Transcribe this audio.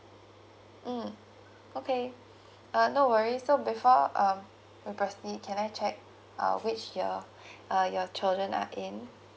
mm okay uh no worries so before um firstly can I check uh which year uh your children are in